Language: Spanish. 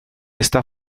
esta